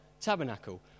tabernacle